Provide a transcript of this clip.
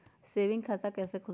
Saving खाता कैसे खुलतई?